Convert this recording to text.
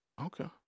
Okay